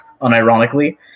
unironically